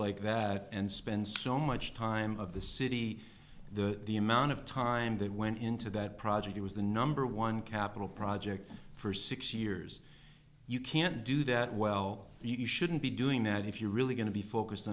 like that and spend so much time of the city the the amount of time they went into that project it was the number one capital project for six years you can't do that well you shouldn't be doing that if you're really going to be focused